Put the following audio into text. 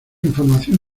información